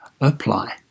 apply